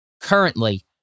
Currently